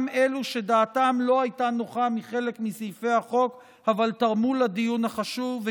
גם אלו שדעתם לא הייתה נוחה מחלק מסעיפי החוק אבל תרמו לדיון החשוב.